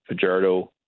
Fajardo